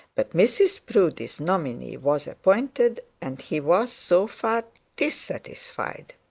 but mrs proudie's nominee was appointed, and he was so far dissatisfied.